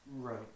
Right